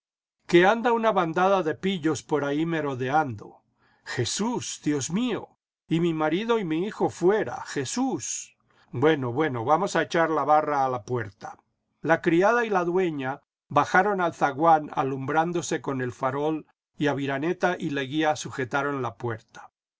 que anda una bandada de pillos por ahí merodeando jesús jdios mío y mi marido y mi hijo fuera jjesús bueno bueno vamos a echar la barra a la puerta la criada y la dueña bajaron al zaguán alumbrándose con el farol y aviraneta y leguía sujetaron la puerta